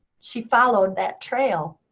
she followed that trail.